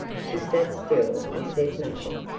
she sat still and said nothing.